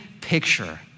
picture